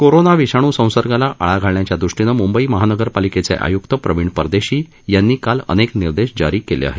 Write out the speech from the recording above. corona विषाणूसंसर्गाला आळा घालण्याच्या ृष्टीनं मुंबई महानगर पालिकेचे आयुक्त प्रवीण परदेशी यांनी काल अनेक निर्देश जारी केले आहेत